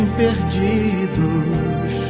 perdidos